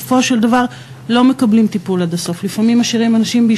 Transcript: חברי הכנסת, היום ב'